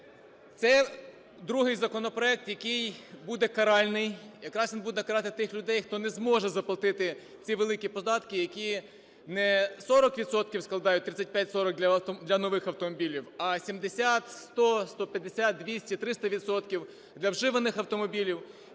Це другий законопроект, який буде каральний. Якраз він буде карати тих людей, хто не зможе заплатити ці великі податки, які не 40 відсотків складають (35-40 для нових автомобілів), а 70, 100, 150, 200, 300 відсотків – для вживаних автомобілів.